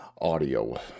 audio